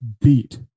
beat